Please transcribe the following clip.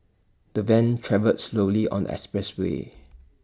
the van travelled slowly on the expressway